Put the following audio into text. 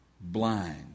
blind